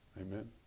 Amen